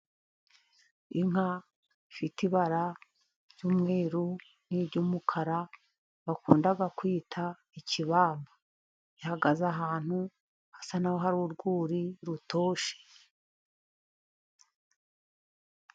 Inka ifite ibara ry'umweru, niry'umukara bakunda kwita ikibamba, ihagaze ahantu hasa n'aho hari urwuri rutoshye.